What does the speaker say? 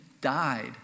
died